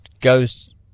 goes